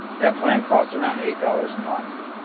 that plan costs around eight dollars a month.